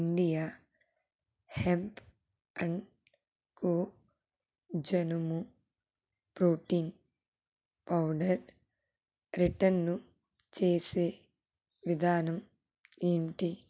India Hemp and Co జనుము protein powder రిటన్ను చేసే విధానం ఏంటి